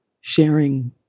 sharing